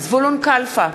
זבולון קלפה,